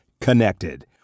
connected